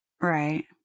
Right